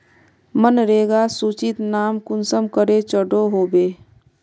मनरेगा सूचित नाम कुंसम करे चढ़ो होबे?